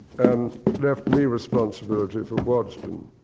and left me responsibility for waddesdon.